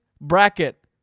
bracket